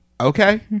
okay